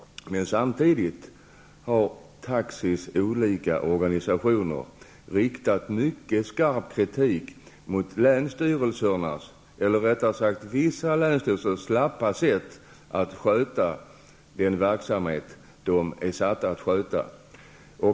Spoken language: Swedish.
Samtidigt har olika taxiorganisationer riktat mycket skarp kritik mot vissa länsstyrelsers slappa sätt att sköta den verksamhet de har blivit ålagda att sköta.